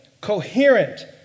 coherent